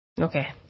okay